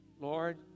Lord